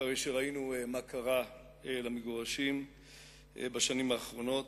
אחרי שראינו מה שקרה למגורשים בשנים האחרונות,